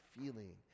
feeling